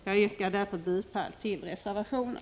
Jag yrkar därför bifall till reservationen.